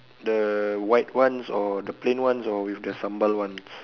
the white ones or the plain ones or with the sambal ones